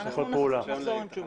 נחזור עם תשובה.